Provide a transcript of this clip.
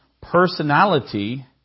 personality